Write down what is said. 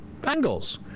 Bengals